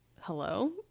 Hello